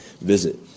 visit